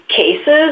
cases